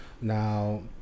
Now